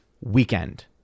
weekend